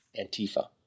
Antifa